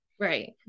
Right